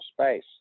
space